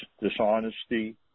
dishonesty